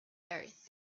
earth